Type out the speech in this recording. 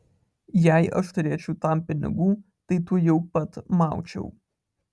jei aš turėčiau tam pinigų tai tuojau pat maučiau